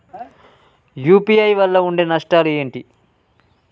UPI వల్ల ఉండే నష్టాలు ఏంటి??